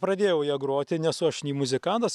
pradėjau ja groti nesu aš nei muzikantas